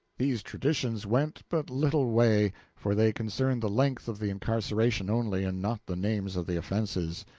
these traditions went but little way, for they concerned the length of the incarceration only, and not the names of the offenses.